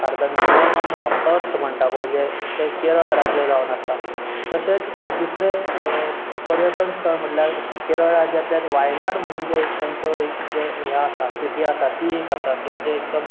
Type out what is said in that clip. भारतान heaven on earth म्हणटा पळय जें तें केरळ राज्य जावन आसा तशेंच दुसरें पर्यटन स्थळ म्हटल्यार केरळ राज्यांतल्यात व्हायनआड म्हणून जें एक तांचो एक जें हें आसा सिटी आसा ती एक आसा ती म्हणजे एकदम